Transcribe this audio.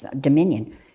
dominion